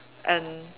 and